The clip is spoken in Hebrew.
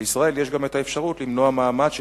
לישראל יש גם האפשרות למנוע מעמד של